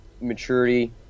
Maturity